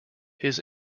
his